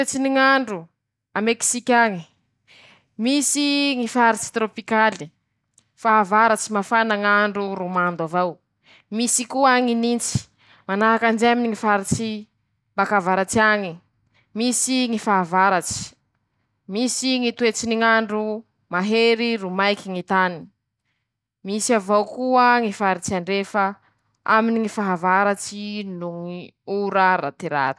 Toetsy ny ñ'andro a Mekisik'añy: Misy ñy faritsy torôpikaly5, fahavaratsy mafana ñ'andro ro mando avao, misy koa ñy nintsy, manahakan'izay ñy faritsy bak'avaratsy añe, misy ñy fahavaratsy, misy Ñy toetsy ny ñ'andro mahery ro maiky ñy tany, misy avao koa ñy faritsy andrefa aminy ñy fahavaratsy no ñy ora ratyraty.